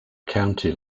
county